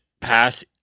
pass